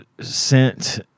sent